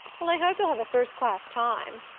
well, i hope you'll have a first-class time.